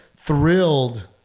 thrilled